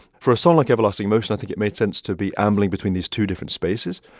for a song like everlasting motion, i think it made sense to be ambling between these two different spaces.